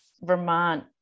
Vermont